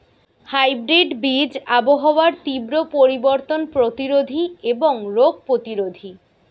hybrid বীজ আবহাওয়ার তীব্র পরিবর্তন প্রতিরোধী এবং রোগ প্রতিরোধী